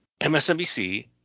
msnbc